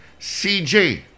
CJ